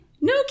No